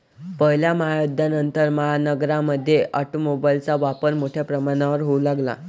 पहिल्या महायुद्धानंतर, महानगरांमध्ये ऑटोमोबाइलचा वापर मोठ्या प्रमाणावर होऊ लागला